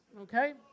Okay